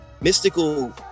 mystical